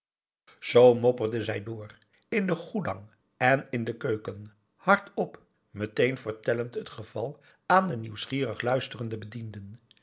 zoo mopperde zij door in de goedang en in de keuken hardop meteen vertellend het geval aan de nieuwsgierig luisterende bedienden